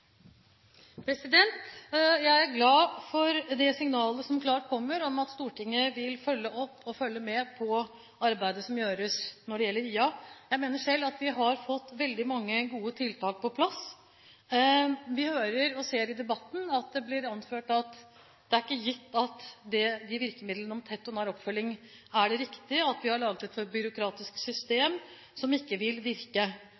Jeg er glad for det klare signalet som kommer om at Stortinget vil følge opp og følge med på det arbeidet som gjøres når det gjelder IA. Jeg mener selv at vi har fått veldig mange gode tiltak på plass. Vi hører og ser i debatten at det blir anført at det ikke er gitt at de virkemidlene om tett og nær oppfølging er de riktige, og at vi har laget et for byråkratisk system som ikke vil virke.